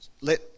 let